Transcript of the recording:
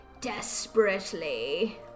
desperately